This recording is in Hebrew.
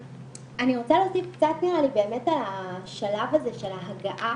אני רוצה להוסיף קצת על השלב הזה של ההגעה.